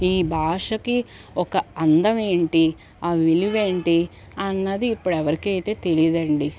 ఈ భాషకి ఒక అందమేంటి ఆ విలువ ఏంటి అన్నది ఇప్పుడు ఎవరికి అయితే తెలియదండి